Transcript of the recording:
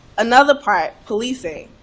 another part policing.